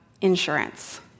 insurance